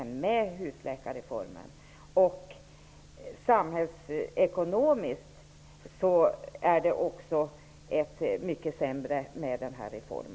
Det är också samhällsekonomiskt mycket sämre med denna reform.